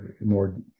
more